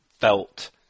felt